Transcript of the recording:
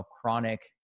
chronic